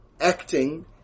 acting